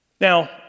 Now